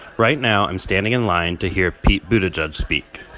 right now, i'm standing in line to hear pete buttigieg speak.